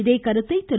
இதே கருத்தை திரு